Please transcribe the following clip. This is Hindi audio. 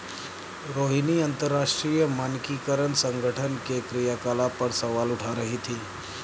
रोहिणी अंतरराष्ट्रीय मानकीकरण संगठन के क्रियाकलाप पर सवाल उठा रही थी